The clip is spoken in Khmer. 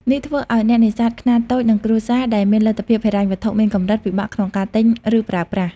នេះធ្វើឲ្យអ្នកនេសាទខ្នាតតូច និងគ្រួសារ ដែលមានលទ្ធភាពហិរញ្ញវត្ថុមានកម្រិត ពិបាកក្នុងការទិញ ឬប្រើប្រាស់។